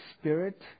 spirit